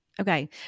Okay